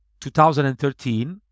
2013